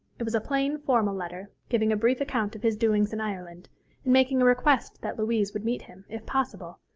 it was a plain, formal letter, giving a brief account of his doings in ireland, and making a request that louise would meet him, if possible,